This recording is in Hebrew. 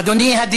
אדוני,